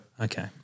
Okay